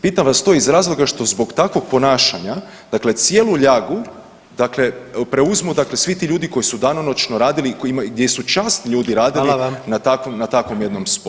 Pitam vas to iz razloga što zbog takvog ponašanja dakle cijelu ljagu dakle preuzmu dakle svi ti ljudi koji su danonoćno radili, gdje su časni ljudi radili [[Upadica: Hvala vam.]] na takvom jednom sporu.